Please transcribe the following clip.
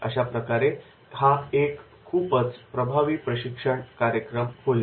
अशाप्रकारे हा एक खूपच प्रभावी प्रशिक्षण कार्यक्रम होईल